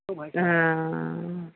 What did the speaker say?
हँ